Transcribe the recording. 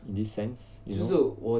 in this sense you know